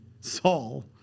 Saul